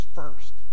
first